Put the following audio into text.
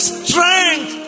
strength